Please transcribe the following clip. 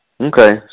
Okay